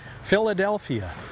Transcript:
Philadelphia